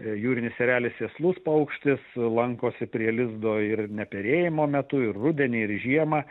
jūrinis erelis sėslus paukštis lankosi prie lizdo ir ne perėjimo metu ir rudenį ir žiemą